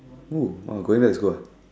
who oh going back to school ah